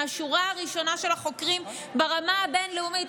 מהשורה הראשונה של החוקרים ברמה הבין-לאומית,